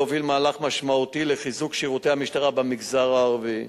להוביל מהלך משמעותי לחיזוק שירותי המשטרה במגזר הערבי,